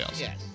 Yes